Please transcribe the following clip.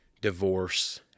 divorce